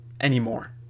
anymore